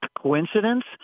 coincidence